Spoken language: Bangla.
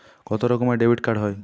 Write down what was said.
কত রকমের ডেবিটকার্ড হয়?